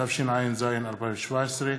התשע"ז 2017,